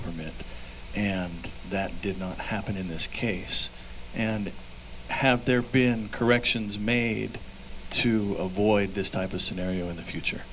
permit and that did not happen in this case and have there been corrections made to avoid this type of scenario in the future